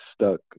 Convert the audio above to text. stuck